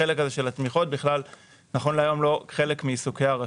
החלק הזה של התמיכות נכון להיום הוא לא חלק מעיסוקי הרשות.